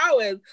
hours